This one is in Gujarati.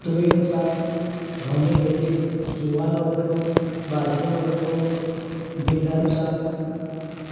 તુવેરનું શાક ઘઉની રોટલી જુવારનો રોટલો બાજરીનો રોટલો ભીંડાનું શાક